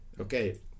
Okay